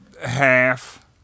Half